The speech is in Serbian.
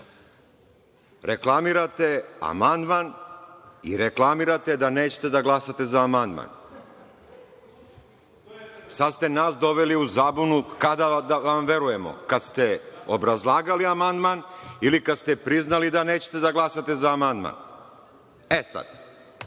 reklamirate amandman i reklamirate da nećete da glasate za amandman. Sada ste nas doveli u zabunu kada da vam verujemo, kada ste obrazlagali amandman ili kada ste priznali da nećete da glasate za amandman.E, sad,